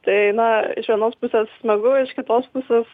tai na iš vienos pusės smagu iš kitos pusės